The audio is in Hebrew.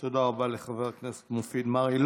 תודה רבה לחבר הכנסת מופיד מרעי.